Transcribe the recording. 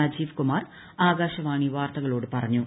രാജീവ് കുമാർ ആകാശവാണി വാർത്തകളോട് പറഞ്ഞു